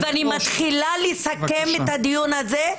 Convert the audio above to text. זה זמן הדיבור שלי לסכם את הדיון הזה,